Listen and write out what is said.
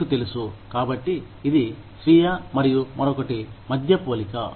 మీకు తెలుసు కాబట్టి ఇది స్వీయ మరియు మరొకటి మధ్య పోలిక